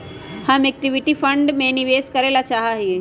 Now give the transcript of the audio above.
हम equity fund में निवेश करे ला चाहा हीयी